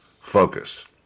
focus